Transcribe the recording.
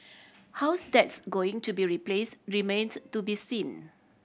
how that's going to be replaced remains to be seen